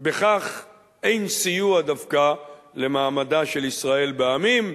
בכך אין סיוע דווקא למעמדה של ישראל בעמים,